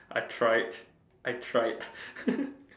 I tried I tried